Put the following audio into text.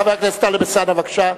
חבר הכנסת טלב אלסאנע, בבקשה.